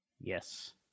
Yes